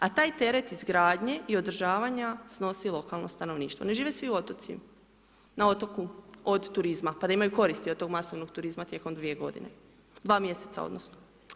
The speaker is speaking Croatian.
A taj teret izgradnje i održavanja snosi lokalno stanovništvo, ne žive svi u otocima, na otoku od turizma, pa da imaju koristi od tog masovnog turizma tijekom dvije godine, dva mjeseca odnosno.